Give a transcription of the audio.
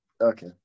Okay